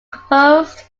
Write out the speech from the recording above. composed